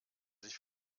sich